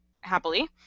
happily